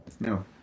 no